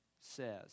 says